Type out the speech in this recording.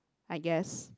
I guess